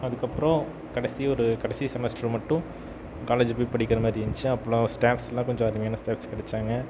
அதுக்கப்புறம் கடைசி ஒரு கடைசி செமஸ்டர் மட்டும் காலேஜ் போய் படிக்கிற மாதிரி இருந்துச்சு அப்போல்லாம் ஸ்டாஃப்ஸெல்லாம் கொஞ்சம் அருமையான ஸ்டாஃப்ஸ் கிடைச்சாங்க